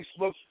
Facebook